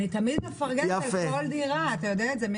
אני תמיד מפרגנת על כל דירה, אתה יודע את זה.